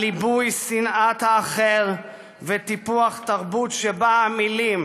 על ליבוי שנאת האחר וטיפוח תרבות שבה מילים